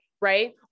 right